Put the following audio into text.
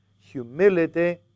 Humility